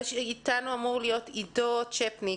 איתנו אמור להיות עידו צפניק,